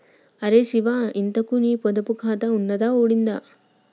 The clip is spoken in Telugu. అరే శివా, ఇంతకూ నీ పొదుపు ఖాతా ఉన్నదా ఊడిందా